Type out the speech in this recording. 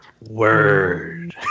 word